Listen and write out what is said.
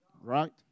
Right